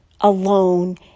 alone